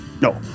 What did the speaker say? No